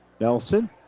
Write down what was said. Nelson